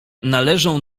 należą